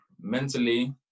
mentally